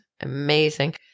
amazing